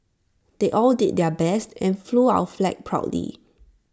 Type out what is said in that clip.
they all did their best and flew our flag proudly